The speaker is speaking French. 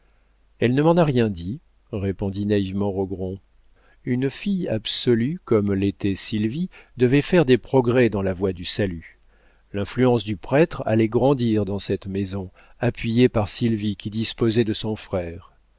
elle ne m'en a rien dit répondit naïvement rogron une fille absolue comme l'était sylvie devait faire des progrès dans la voie du salut l'influence du prêtre allait grandir dans cette maison appuyée par sylvie qui disposait de son frère